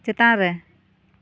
ᱪᱮᱛᱟᱱᱨᱮ